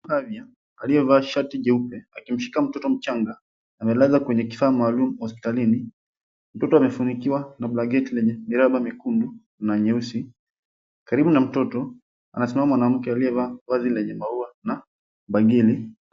Havya aliyevaa shati jeupe akimshika mtoto mchanga amelazwa kwenye kifaa maalum hospitalini mtoto amefunikiwa na blanketi lenye miraba miekundu na nyeusi karibu na mtoto anasimama mwanamke aliyevaa vazi lenye maua na bangili.